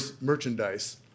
merchandise